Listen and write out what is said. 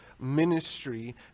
ministry